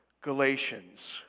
Galatians